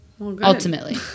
Ultimately